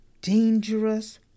dangerous